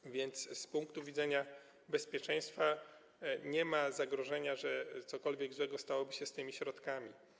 Tak więc z punktu widzenia bezpieczeństwa nie ma zagrożenia, że cokolwiek złego stałoby się z tymi środkami.